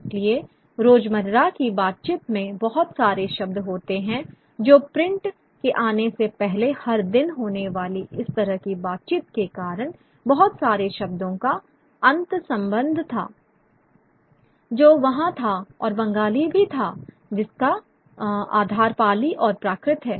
इसलिए रोज़मर्रा की बातचीत में बहुत सारे शब्द होते हैं जो प्रिंट के आने से पहले हर दिन होने वाली इस तरह की बातचीत के कारण बहुत सारे शब्दों का अंतर्संबंध था जो वहाँ था और बंगाली भी था जिसका आधार पाली और प्राकृत है